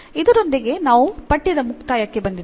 ಇದರೊಂದಿಗೆ ನಾವು ಪಠ್ಯದ ಮುಕ್ತಾಯಕ್ಕೆ ಬಂದಿದ್ದೇವೆ